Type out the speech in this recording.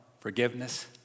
forgiveness